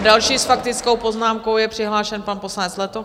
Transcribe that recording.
Další s faktickou poznámkou je přihlášen pan poslanec Letocha.